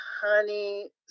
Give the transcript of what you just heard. honey